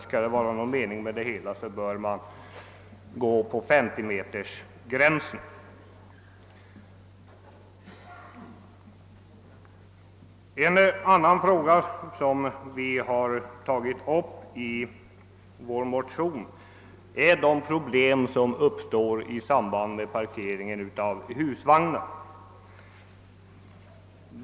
Skall det vara någon mening med det hela bör man bestämma sig för 50 m. I vår motion har vi också tagit upp de problem som uppstår vid parkering av husvagnar.